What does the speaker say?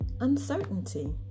Uncertainty